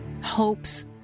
hopes